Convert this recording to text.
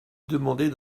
demander